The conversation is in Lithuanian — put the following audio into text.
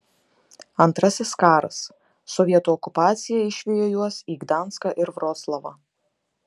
antrasis karas sovietų okupacija išvijo juos į gdanską ir vroclavą